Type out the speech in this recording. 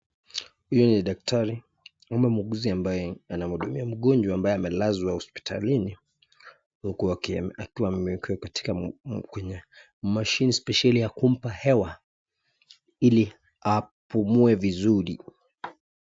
Huyu ni daktari ama muuguzi ambaye anamhudumia mgonjwa ambaye amelazwa hospitalini huku akiwa amewekwa kwenye mashine spesheli ya kumpa hewa ili apumue vizuri.